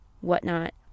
whatnot